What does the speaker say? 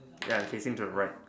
ya I'm sitting to the right